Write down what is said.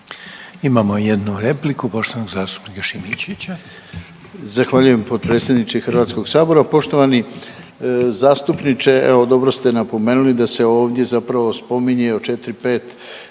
Imamo jednu repliku poštovanog zastupnika Šimičevića.